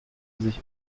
sich